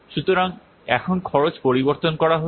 সুতরাং এখন খরচ পরিবর্তন করা হচ্ছে